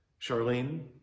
Charlene